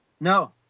No